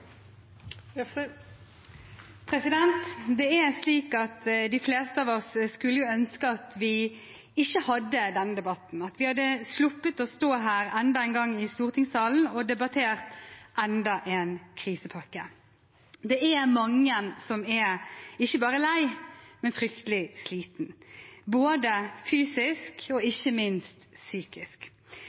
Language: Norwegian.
Det er slik at de fleste av oss skulle ønske at vi ikke hadde denne debatten, at vi hadde sluppet å stå enda en gang her i stortingssalen og debattere enda en krisepakke. Det er mange som er ikke bare lei, men fryktelig sliten, både fysisk og ikke minst psykisk.